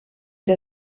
der